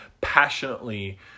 passionately